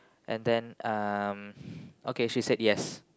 and then um okay she said yes